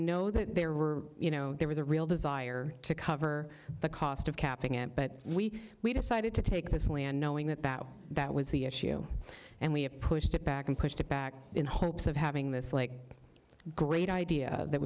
know that there were you know there was a real desire to cover the cost of capping it but we decided to take this land knowing that that was the issue and we have pushed it back and pushed it back in hopes of having this lake great idea that